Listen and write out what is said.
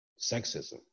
sexism